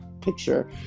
picture